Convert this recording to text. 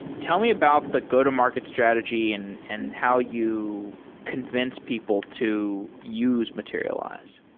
tell me about the go-to-market strategy and and how you convince people to use materialize.